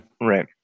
right